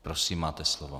Prosím, máte slovo.